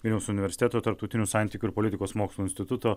vilniaus universiteto tarptautinių santykių ir politikos mokslų instituto